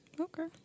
Okay